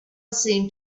seemed